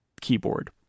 keyboard